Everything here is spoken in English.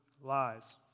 lies